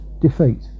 defeat